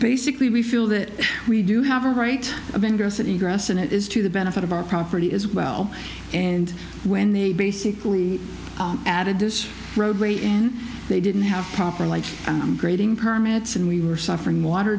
basically we feel that we do have a right of ingress and egress and it is to the benefit of our property as well and when they basically added this roadway and they didn't have proper life i'm grading permits and we were suffering water